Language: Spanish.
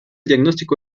diagnóstico